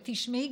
ותשמעי,